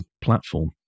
platform